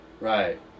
Right